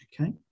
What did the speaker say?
Okay